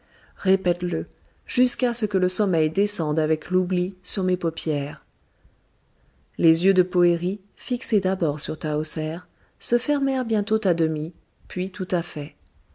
répète le jusqu'à ce que le sommeil descende avec l'oubli sur mes paupières les yeux de poëri fixés d'abord sur tahoser se fermèrent bientôt à demi puis tout à fait